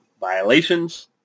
violations